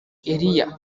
eliya